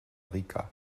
rica